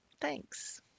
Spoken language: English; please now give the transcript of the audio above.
Thanks